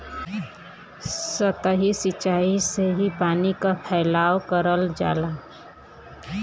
सतही सिचाई से ही पानी क फैलाव करल जाला